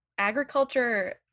agriculture